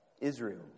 Israel